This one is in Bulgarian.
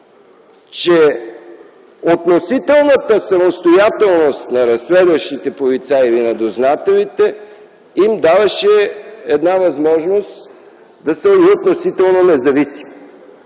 че относителната самостоятелност на разследващите полицаи или на дознателите им даваше една възможност да са и относително независими.